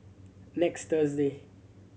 next Thursday